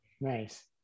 nice